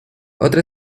otra